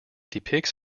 depicts